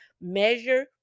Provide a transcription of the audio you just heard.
measure